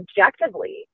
objectively